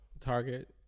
Target